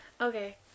Okay